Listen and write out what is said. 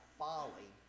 folly